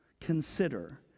Consider